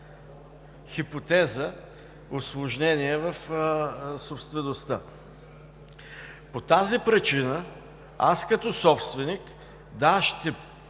хипотеза, усложнение в собствеността. По тази причина аз като собственик, да, ще